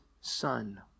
son